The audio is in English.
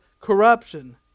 corruption